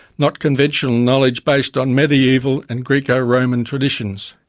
not conventional knowledge based on medieval and greco-roman traditions.